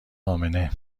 امنه